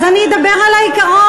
אז אני אדבר על העיקרון.